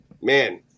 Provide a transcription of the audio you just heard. Man